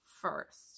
first